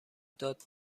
داد